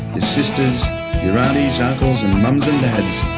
sisters, your aunties, uncles and mums and dads,